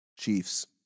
Chiefs